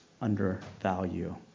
undervalue